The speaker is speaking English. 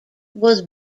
was